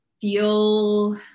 feel